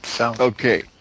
Okay